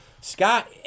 Scott